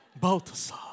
Balthasar